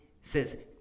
says